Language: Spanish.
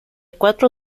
cuatro